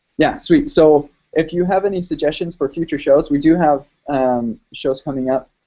yeah, sweet. so if you have any suggestions for future shows, we do have um shows coming up,